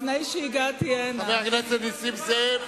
חבר הכנסת נסים זאב,